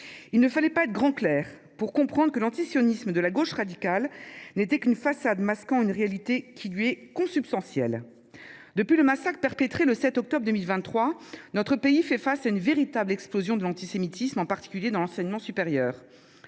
Il ne fallait pas être grand clerc pour comprendre que l’antisionisme de la gauche radicale n’était qu’une façade masquant une réalité qui lui est consubstantielle. Depuis le massacre perpétré le 7 octobre 2023, notre pays fait face à une véritable explosion de l’antisémitisme, en particulier dans l’enseignement supérieur.